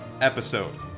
episode